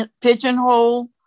pigeonhole